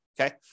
Okay